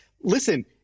listen